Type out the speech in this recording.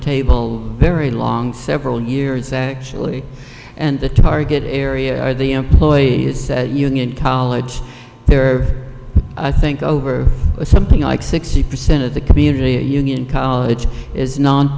table very long several years actually and the target area are the employee union college there i think over something like sixty percent of the community union college is